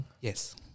Yes